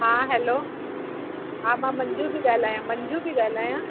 हा हलो हा मां मंजू पेई ॻाल्हायां मंजू पेई ॻाल्हायां